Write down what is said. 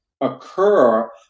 occur